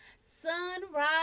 sunrise